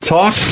Talk